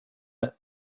done